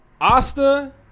Asta